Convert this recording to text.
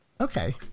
Okay